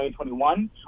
2021